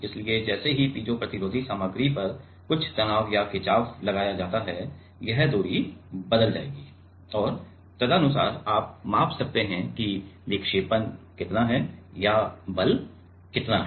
इसलिए जैसे ही पीजो प्रतिरोधी सामग्री पर कुछ तनाव या खिचाव लगाया जाता है यह दूरी बदल जाएगी और तदनुसार हम माप सकते हैं कि विक्षेपण कितना है या बल कितना है